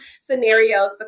scenarios